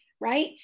right